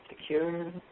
secure